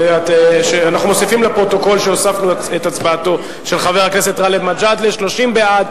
(אזורי רישום), התש"ע 2009,